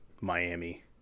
Miami